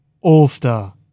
All-Star